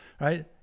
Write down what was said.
right